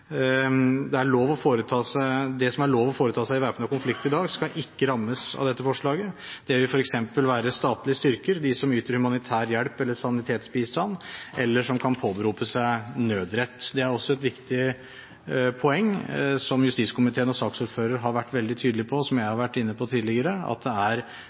Det som er lov å foreta seg i væpnet konflikt i dag, skal ikke rammes av dette forslaget. Det vil f.eks. være statlige styrker, de som yter humanitær hjelp eller sanitetsbistand, eller de som kan påberope seg nødrett. Det er også et viktig poeng som justiskomiteen og saksordføreren har vært veldig tydelig på, og som jeg har vært inne på tidligere, at det bare er